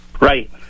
Right